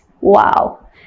Wow